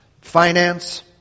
finance